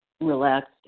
relaxed